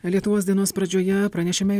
lietuvos dienos pradžioje pranešėme